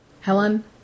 Helen